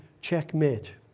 checkmate